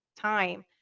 time